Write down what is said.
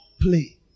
play